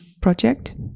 project